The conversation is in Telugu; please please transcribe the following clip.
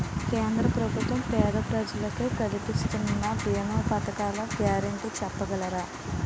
కేంద్ర ప్రభుత్వం పేద ప్రజలకై కలిపిస్తున్న భీమా పథకాల గ్యారంటీ చెప్పగలరా?